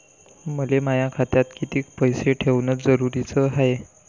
मले माया खात्यात कितीक पैसे ठेवण जरुरीच हाय?